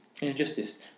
injustice